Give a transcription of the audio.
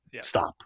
Stop